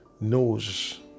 knows